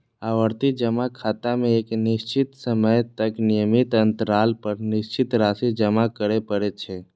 आवर्ती जमा खाता मे एक निश्चित समय तक नियमित अंतराल पर निश्चित राशि जमा करय पड़ै छै